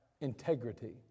integrity